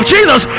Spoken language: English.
Jesus